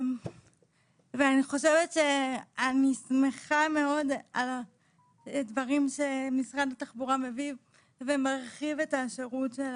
אני שמחה מאוד על הדברים שמשרד התחבורה מביא ומרחיב את השירות של